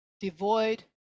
devoid